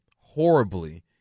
horribly